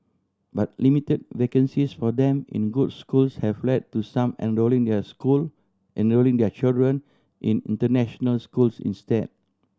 but limited vacancies for them in good schools have led to some enrolling their school enrolling their children in international schools instead